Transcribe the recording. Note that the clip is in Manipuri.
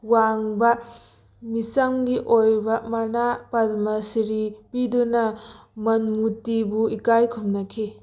ꯋꯥꯡꯕ ꯃꯤꯆꯝꯒꯤ ꯑꯣꯏꯕ ꯃꯅꯥ ꯄꯗꯃꯥ ꯁꯤꯔꯤ ꯄꯤꯗꯨꯅ ꯃꯟꯃꯨꯇꯤꯕꯨ ꯏꯀꯥꯏ ꯈꯨꯝꯅꯈꯤ